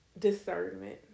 Discernment